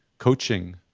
coaching?